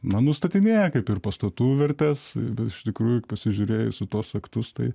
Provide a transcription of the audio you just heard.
na nustatinėja kaip ir pastatų vertes bet iš tikrųjų pasižiūrėjus į tuos aktus tai